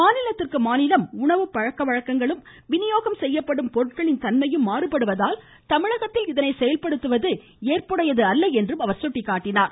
மாநிலத்திற்கு மாநிலம் உணவு பழக்கவழக்கங்களும் விநியோகம் செய்யப்படும் பொருட்களின் தன்மையும் மாறுபடுவதால் தமிழகத்தில் இதனை செயல்படுத்துவது ஏற்புடையது அல்ல என்றும் குறிப்பிட்டார்